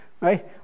right